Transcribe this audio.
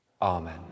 Amen